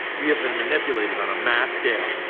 we have been manipulated on a mass scale,